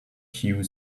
que